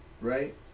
right